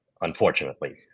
unfortunately